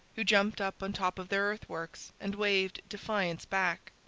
who jumped up on top of their earthworks and waved defiance back.